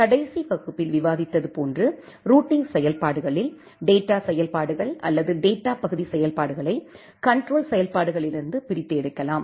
கடைசி வகுப்பில் விவாதித்து போன்று ரூட்டிங் செயல்பாடுகளில்டேட்டா செயல்பாடுகள் அல்லது டேட்டா பகுதி செயல்பாடுகளைகண்ட்ரோல் செயல்பாடுகளிலிருந்து பிரித்து எடுக்கலாம்